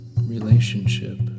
relationship